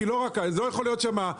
כי לא יכול להיות --- בסדר,